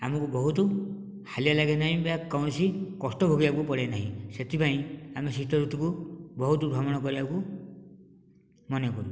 ଆମକୁ ବହୁତ ହାଲିଆ ଲାଗେନାହିଁ ବା କୌଣସି କଷ୍ଟ ଭୋଗିବାକୁ ପଡ଼େନାହିଁ ସେଥିପାଇଁ ଆମେ ଶୀତ ଋତୁକୁ ବହୁତ ଭ୍ରମଣ କରିବାକୁ ମନେକରୁ